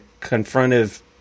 confrontive